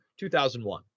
2001